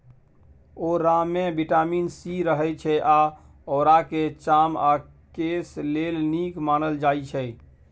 औरामे vitamin C रहय छै आ औराकेँ चाम आ केस लेल नीक मानल जाइ छै